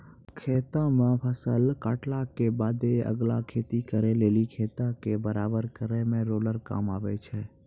खेतो मे फसल काटला के बादे अगला खेती करे लेली खेतो के बराबर करै मे रोलर काम आबै छै